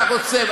אתה רוצה?